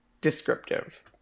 descriptive